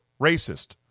racist